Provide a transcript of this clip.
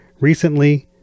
Recently